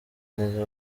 neza